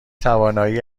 توانایی